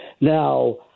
Now